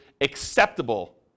acceptable